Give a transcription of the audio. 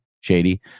Shady